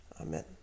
amen